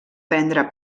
prendre